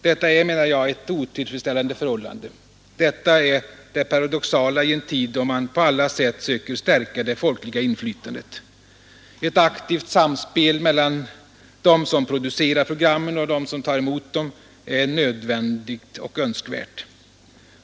Detta är — menar jag — ett otillfredsställande förhållande. Detta är det paradoxala i en tid då man på alla sätt söker stärka det folkliga inflytandet. Ett aktivt samspel mellan dem som producerar programmen och dem som tar emot programmen är nödvändigt och önskvärt.